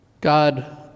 God